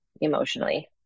emotionally